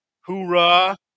Hoorah